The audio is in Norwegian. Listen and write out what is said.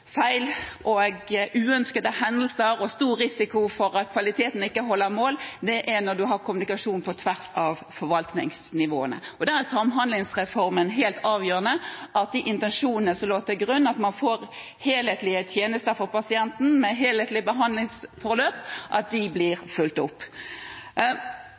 feil og uønskede hendelser og stor risiko for at kvaliteten ikke holder mål, det er når man har kommunikasjon på tvers av forvaltningsnivåene. Der er samhandlingsreformen helt avgjørende, at de intensjonene som lå til grunn – at man får helhetlige tjenester for pasienten med helhetlig behandlingsforløp